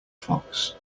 fox